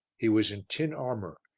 he was in tin armour,